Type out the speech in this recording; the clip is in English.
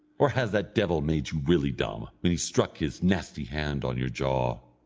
or has that devil made you really dumb, when he struck his nasty hand on your jaw?